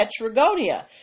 Petragonia